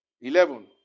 Eleven